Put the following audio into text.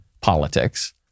politics